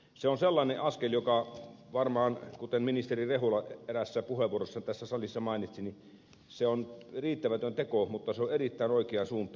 se on sellainen askel joka kuten ministeri rehula eräässä puheenvuorossaan tässä salissa mainitsi on varmaan riittämätön teko mutta se on erittäin oikeaan suuntaan tehty teko